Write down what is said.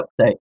update